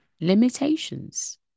limitations